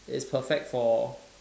it's perfect for